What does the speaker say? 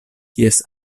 kies